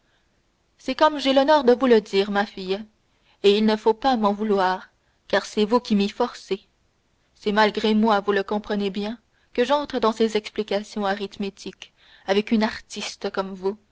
c'est comme j'ai l'honneur de vous le dire ma fille et il ne faut pas m'en vouloir car c'est vous qui m'y forcez c'est malgré moi vous le comprenez bien que j'entre dans ces explications arithmétiques avec une artiste comme vous